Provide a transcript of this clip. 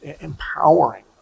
empowering